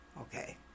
Okay